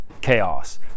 chaos